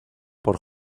por